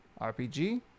RPG